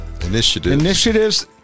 Initiatives